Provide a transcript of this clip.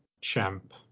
Champ